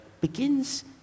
begins